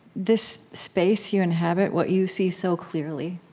this space you inhabit, what you see so clearly,